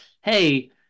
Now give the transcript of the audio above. Hey